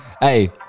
hey